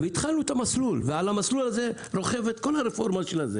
והתחלנו את המסלול ועל המסלול הזה רוכבת כל הרפורמה.